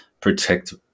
protect